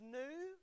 new